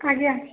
ଆଜ୍ଞା